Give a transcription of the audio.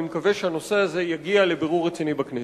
אני מקווה שהנושא הזה יגיע לבירור רציני בכנסת.